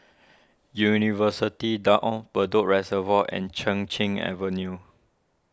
University Town on Bedok Reservoir and Chin Cheng Avenue